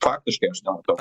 faktiškai aš nematau